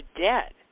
debt